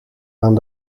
aan